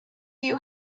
you